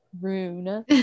Rune